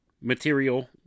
material